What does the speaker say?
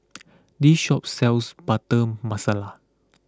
this shop sells Butter Masala